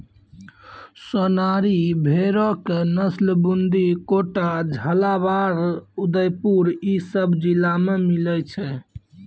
सोनारी भेड़ो के नस्ल बूंदी, कोटा, झालाबाड़, उदयपुर इ सभ जिला मे मिलै छै